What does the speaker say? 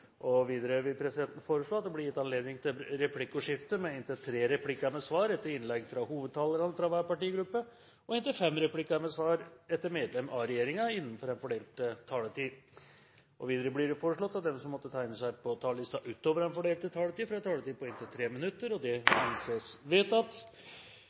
minutter. Videre vil presidenten foreslå at det blir gitt anledning til replikkordskifte på inntil tre replikker med svar etter innlegg fra hovedtalerne fra hver partigruppe og inntil fem replikker med svar etter medlem av regjeringen innenfor den fordelte taletid. Videre blir det foreslått at de som måtte tegne seg på talerlisten utover den fordelte taletid, får en taletid på inntil 3 minutter. – Det